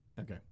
Okay